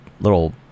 little